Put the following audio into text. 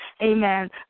amen